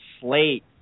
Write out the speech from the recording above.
slate